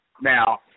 Now